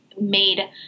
made